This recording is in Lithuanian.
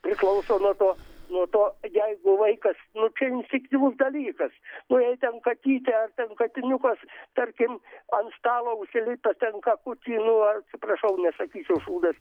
priklauso nuo to nuo to jeigu vaikas nu čia instinktyvus dalykas nu jei ten katytė ar ten katiniukas tarkim ant stalo užsilipęs ten kakutį nu atsiprašau nesakysiu šūdas